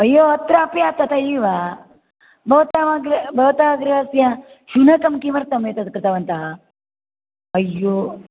अय्यो अत्रापि तथैव भवतां गृ भवतः गृहस्य शुनकम् किमर्थम् एतत् कृतवन्तः अय्यो